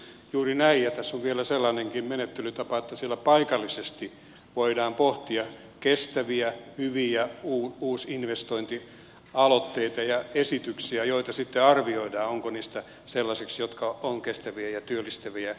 juuri näin ja tässä on vielä sellainenkin menettelytapa että siellä paikallisesti voidaan pohtia kestäviä hyviä uusinvestointialoitteita ja esityksiä joita sitten arvioidaan onko niistä sellaisiksi jotka ovat kestäviä ja työllistäviä